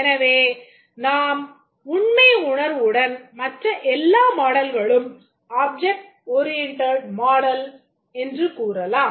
எனவே நாம் உண்மை உணர்வுடன் மற்ற எல்லா மாடல்களும் object oriented மாடல் என்று கூறலாம்